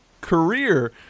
career